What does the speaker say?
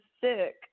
sick